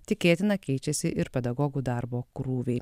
tikėtina keičiasi ir pedagogų darbo krūviai